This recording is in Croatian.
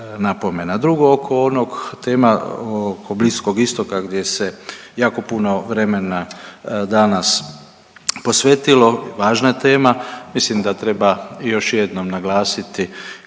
drugo oko onog tema oko Bliskog Istoka gdje se jako puno vremena danas posvetilo, važna tema, mislim da treba još jednom naglasiti